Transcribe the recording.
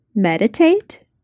Meditate